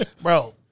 Bro